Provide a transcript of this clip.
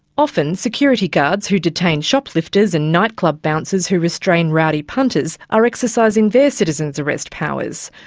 often security guards who detain shoplifters and nightclub bouncers who restrain rowdy punters are exercising their citizen's arrests powers.